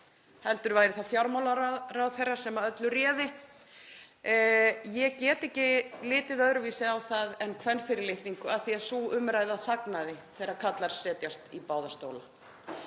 heldur væri það fjármálaráðherra sem öllu réði. Ég get ekki litið öðruvísi á það en kvenfyrirlitningu af því að sú umræða þagnaði þegar karlar setjast í báða stóla.